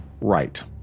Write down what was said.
right